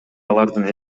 алардын